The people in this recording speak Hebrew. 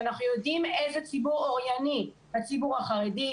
ואנחנו יודעים איזה ציבור אורייני הוא הציבור החרדי,